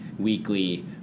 weekly